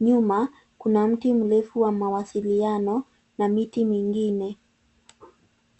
Nyuma kuna mti mrefu wa mawasiliano na miti mingine.